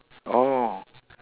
oh